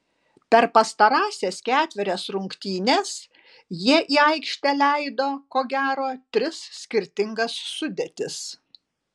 per pastarąsias ketverias rungtynes jie į aikštę leido ko gero tris skirtingas sudėtis